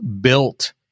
built